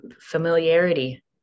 familiarity